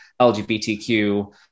lgbtq